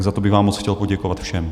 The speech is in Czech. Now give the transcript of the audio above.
Za to bych vám moc chtěl poděkovat všem.